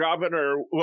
governor